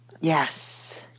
Yes